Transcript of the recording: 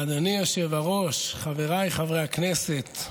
אדוני היושב-ראש, חבריי חברי הכנסת,